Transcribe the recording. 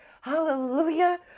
Hallelujah